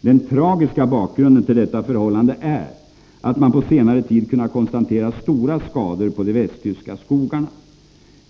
Den tragiska bakgrunden till detta förhållande är att man på senare tid kunnat konstatera stora skador på de västtyska skogarna.